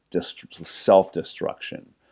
self-destruction